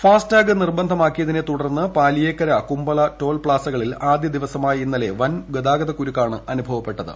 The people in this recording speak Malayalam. ഫാസ്ടാഗ് നിർബീണ്ഡമാക്കിയതിനെ തുടർന്ന് പാലിയേക്കര കുമ്പള ടോൾ പ്ലാസ്കളിൽ ആദ്യ ദിവസമായ ഇന്നലെ വൻ ഗതാഗത കുരുക്കാണ് അനുഭവപ്പെട്ടത്